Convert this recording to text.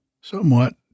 Somewhat